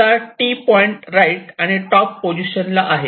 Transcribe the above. आता T point right आणि top position ला आहे